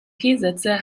sätze